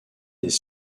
des